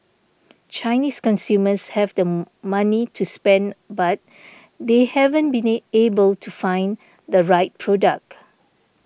Chinese consumers have the money to spend but they haven't been A able to find the right product